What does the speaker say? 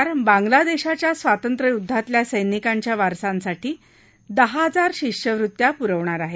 केंद्रसरकार बांगलादेशाच्या स्वातंत्र्य युदधातल्या सैनिकांच्या वारसांसाठी दहा हजार शिष्यवृत्या प्रवणार आहे